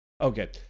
Okay